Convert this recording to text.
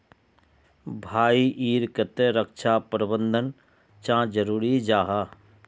भाई ईर केते रक्षा प्रबंधन चाँ जरूरी जाहा?